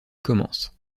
commence